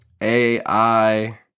ai